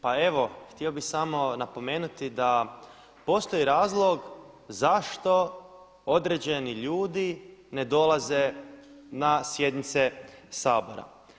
Pa evo htio bih samo napomenuti da postoji razlog zašto određeni ljudi ne dolaze na sjednice Sabora.